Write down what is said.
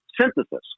synthesis